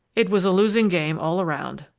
it was a losing game all around.